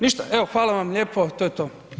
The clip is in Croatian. Ništa, evo hvala vam lijepo, to je to.